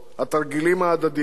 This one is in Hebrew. התרגילים ההדדיים,